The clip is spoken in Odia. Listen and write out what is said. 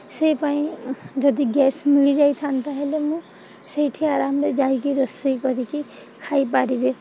ସେଇ ପାଇଁ ଯଦି ଗ୍ୟାସ୍ ମିଳିଯାଇଥାନ୍ତା ହେଲେ ମୁଁ ସେଇଠି ଆରାମରେ ଯାଇକି ରୋଷେଇ କରିକି ଖାଇପାରିବି